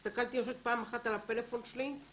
הסתכלתי אני חושבת פעם אחת על הפלאפון שלי.